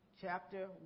chapter